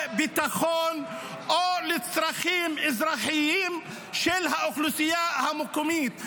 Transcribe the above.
ביטחון או לצרכים אזרחיים של האוכלוסייה המקומית.